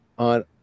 On